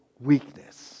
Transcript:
weakness